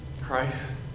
Christ